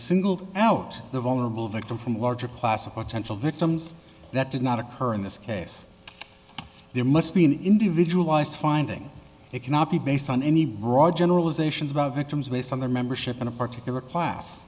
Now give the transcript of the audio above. singled out the vulnerable victim from larger classic rock central victims that did not occur in this case there must be an individualized finding it cannot be based on any broad generalizations about victims based on their membership in a particular class